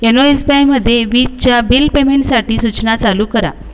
यनो S B आयमध्ये वीजच्या bill पेमेंटसाठी सूचना चालू करा